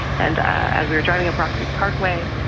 and as we were driving up rock creek parkway,